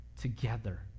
together